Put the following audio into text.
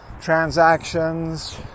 transactions